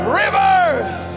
rivers